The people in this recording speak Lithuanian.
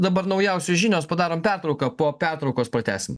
dabar naujausios žinios padarom pertrauką po pertraukos pratęsim